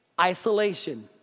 isolation